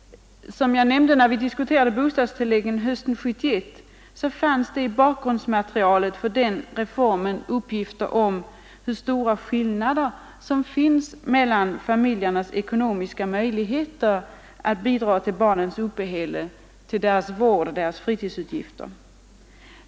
Som jag nämnde vid debatten om bostadstilläggen hösten 1971 fanns det i bakgrundsmaterialet för den reformen uppgifter om de stora skillnader som finns mellan familjernas ekonomiska möjligheter att bidra till barnens uppehälle, deras vård och deras fritidsutgifter.